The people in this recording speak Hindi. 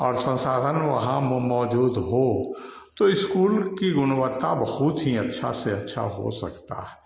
और संसाधन वहाँ मौजूद हो तो इस्कूल की गुणवत्ता बहुत ही अच्छी से अच्छी हो सकती है